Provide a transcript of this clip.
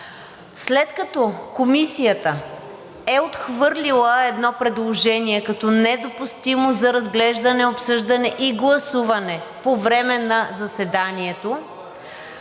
След като Комисията е отхвърлила едно предложение като недопустимо за разглеждане, обсъждане и гласуване по време на заседанието,